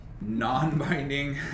non-binding